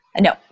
No